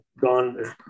gone